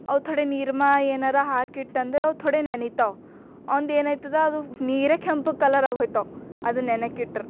ಅವು ಥೊಡೆ ನಿರ್ಮಾ ಏನಾರ ಹಾಕಿ ಇಟ್ಟಂದ್ರೆ ಅವು ಥೊಡೆ ನೆನೀತಾವ ಅವಂದು ಏನು ಆಯ್ತದ ಅದು ನೀರೇ ಕೆಂಪ್ಗೆ ಕಲರ್ ಆಗೋಯ್ತವ ಅದು ನೆನೆಯೋಕೆ ಇಟ್ರೆ